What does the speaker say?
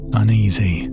uneasy